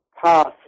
pass